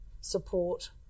support